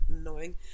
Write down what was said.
annoying